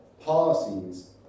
Policies